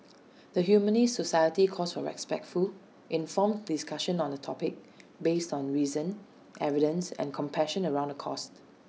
the Humanist society calls for respectful informed discussion on the topic based on reason evidence and compassion around the caused